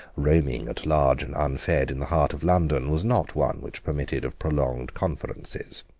roaming at large and unfed in the heart of london, was not one which permitted of prolonged conferences.